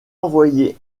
envoyé